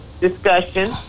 discussion